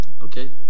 okay